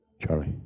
Charlie